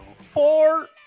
four